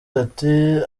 ati